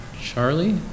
Charlie